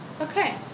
okay